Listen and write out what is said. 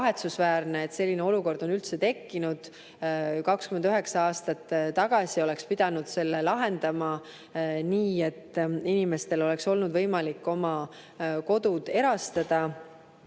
et selline olukord on üldse tekkinud. 29 aastat tagasi oleks pidanud selle lahendama nii, et inimestel oleks olnud võimalik oma kodud erastada.